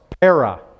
Para